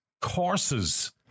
courses